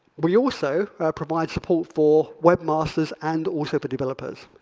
we also provide support for webmasters and also for developers.